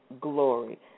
glory